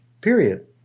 period